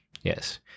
Yes